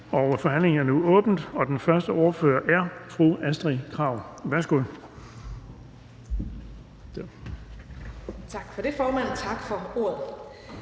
Forhandlingen er åbnet. Den første ordfører er fru Astrid Krag.